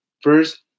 first